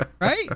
Right